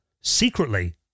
secretly